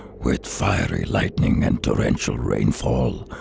with fiery lightning and torrential rainfall,